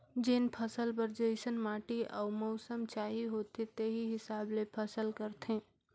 जेन फसल बर जइसन माटी अउ मउसम चाहिए होथे तेही हिसाब ले फसल करथे